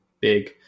big